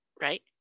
right